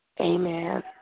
Amen